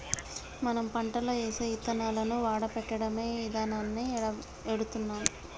మనం పంటలో ఏసే యిత్తనాలను వాడపెట్టడమే ఇదానాన్ని ఎడుతున్నాం